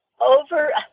over